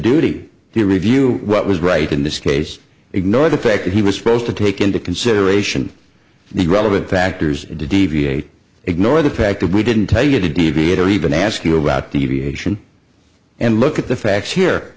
duty to review what was right in this case ignore the fact that he was supposed to take into consideration the relevant factors to deviate ignore the fact that we didn't tell you to deviate or even ask you about deviation and look at the facts here